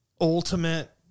ultimate